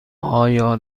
آیا